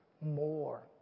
more